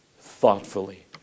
thoughtfully